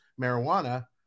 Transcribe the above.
marijuana